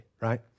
right